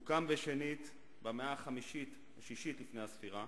הוא הוקם בשנית במאה השישית לפני הספירה,